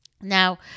Now